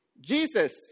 Jesus